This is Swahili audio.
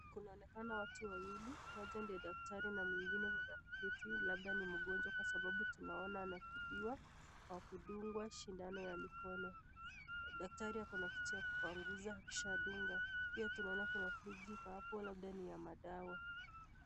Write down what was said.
Kunaonekana watu wawili, mmoja ndiye daktari na mwingine mwenye ameketi labda ni mgonjwa kwa sababu tunaona anatibiwa kwa kudungwa sindano ya mkono. Daktari ako na kitu ya kupanguza akishadunga. Pia tunaona kuna friji iko hapo labda ni ya madawa.